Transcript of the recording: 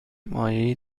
مایعی